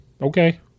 Okay